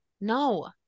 No